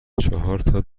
چهارتا